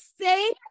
say